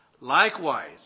Likewise